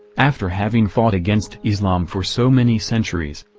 after having fought against islam for so many centuries,